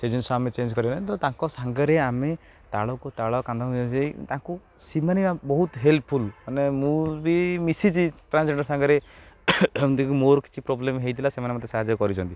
ସେ ଜିନିଷ ଆମେ ଚେଞ୍ଜ କରିବା ତ ତାଙ୍କ ସାଙ୍ଗରେ ଆମେ ତାଳକୁ ତାଳ କାନ୍ଧ ମିଶାଇ ତାଙ୍କୁ ସେମାନେ ବି ବହୁତ ହେଲ୍ପଫୁଲ୍ ମାନେ ମୁଁ ବି ମିଶିଛି ପାଞ୍ଚଜଣ ସାଙ୍ଗରେ ଏମିତିକି ମୋର କିଛି ପ୍ରୋବ୍ଲେମ୍ ହେଇଥିଲା ସେମାନେ ମୋତେ ସାହାଯ୍ୟ କରିଛନ୍ତି